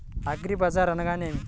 అగ్రిబజార్ అనగా నేమి?